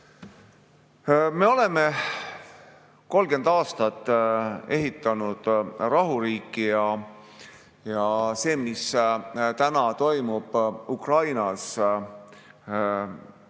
Me oleme 30 aastat ehitanud rahuriiki. See, mis täna toimub Ukrainas,